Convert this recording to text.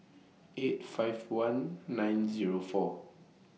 eight five one nine Zero four